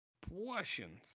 portions